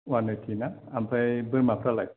अवान एइटि ना आमफ्राय बोरमाफोरालाय